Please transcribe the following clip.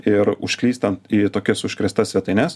ir užklystant į tokias užkrėstas svetaines